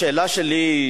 השאלה שלי היא